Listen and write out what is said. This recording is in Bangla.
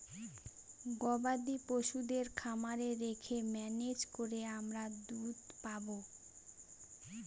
গবাদি পশুদের খামারে রেখে ম্যানেজ করে আমরা দুধ পাবো